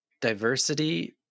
diversity